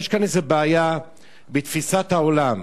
יש כאן איזו בעיה בתפיסת העולם.